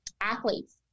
athletes